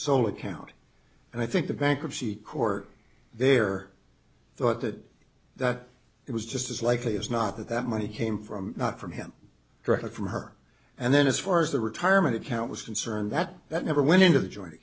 so account and i think the bankruptcy court there thought that that it was just as likely as not that that money came from not from him directly from her and then as far as the retirement account was concerned that that never went into